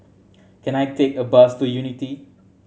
can I take a bus to Unity